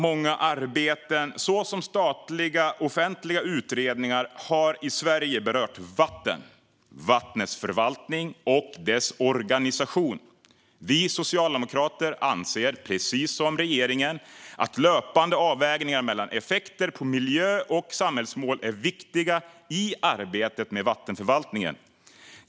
Många arbeten i Sverige, såsom statliga offentliga utredningar, har berört vatten, vattnets förvaltning och dess organisation. Vi socialdemokrater anser, precis som regeringen, att löpande avvägningar mellan effekter på miljö och samhällsmål är viktiga i arbetet med vattenförvaltningen.